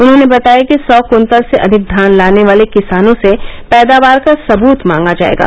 उन्होंने बताया कि सौ कुन्तल से अधिक धान लाने वाले किसानों से पैदावार का सबूत मांगा जायेगा